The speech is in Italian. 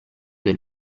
del